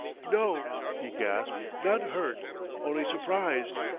no, he gasped not hurt only surprised.